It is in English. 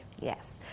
Yes